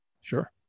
sure